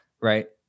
right